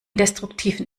destruktiven